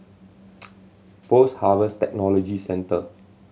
Post Harvest Technology Centre